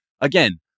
again